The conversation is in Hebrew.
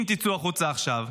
אם תצאו החוצה עכשיו,